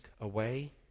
away